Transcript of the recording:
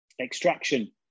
extraction